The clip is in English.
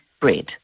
bread